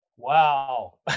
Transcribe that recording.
Wow